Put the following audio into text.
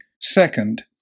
Second